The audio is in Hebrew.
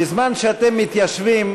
בזמן שאתם מתיישבים,